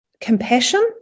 compassion